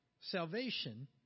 salvation